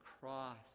cross